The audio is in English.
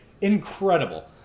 Incredible